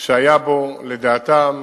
שהיה בו, לדעתם,